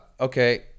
okay